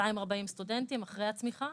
240 סטודנטים אחרי הצמיחה,